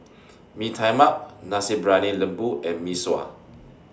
Mee Tai Mak Nasi Briyani Lembu and Mee Sua